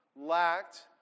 lacked